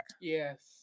Yes